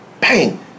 Bang